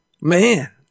man